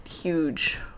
huge